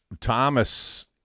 Thomas